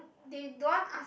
they don't want ask